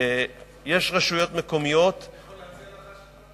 יש רשויות מקומיות, אני יכול להציע לך שיפור?